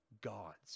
gods